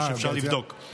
אפשר לבדוק.